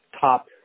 top